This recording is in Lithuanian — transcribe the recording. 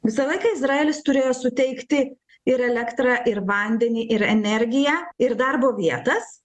visą laiką izraelis turėjo suteikti ir elektrą ir vandenį ir energiją ir darbo vietas